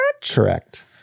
Correct